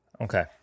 Okay